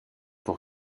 pour